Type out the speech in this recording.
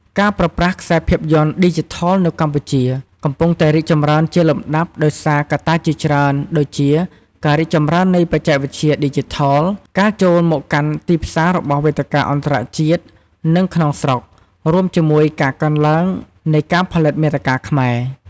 ការប្រើប្រាស់ខ្សែភាពយន្តឌីជីថលនៅកម្ពុជា កំពុងតែរីកចម្រើនជាលំដាប់ ដោយសារកត្តាជាច្រើន ដូចជា ការរីកចម្រើននៃបច្ចេកវិទ្យាឌីជីថល ការចូលមកកាន់ទីផ្សាររបស់វេទិកាអន្តរជាតិ និងក្នុងស្រុក រួមជាមួយការកើនឡើងនៃការផលិតមាតិកាខ្មែរ។